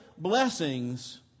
blessings